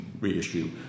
reissue